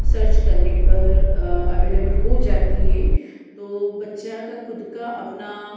search करने पर available हो जाती है तो बच्चा का खुद का अपना